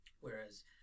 Whereas